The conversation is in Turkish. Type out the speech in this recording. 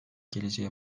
geleceğe